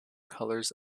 colours